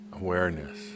awareness